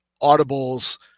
Audible's